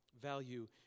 value